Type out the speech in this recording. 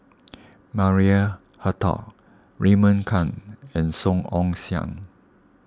Maria Hertogh Raymond Kang and Song Ong Siang